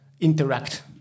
interact